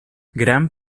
gran